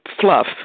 fluff